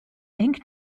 denk